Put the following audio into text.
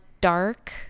dark